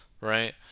right